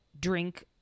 drink